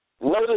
Notice